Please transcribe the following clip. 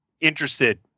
interested